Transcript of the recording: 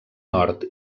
nord